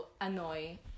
annoy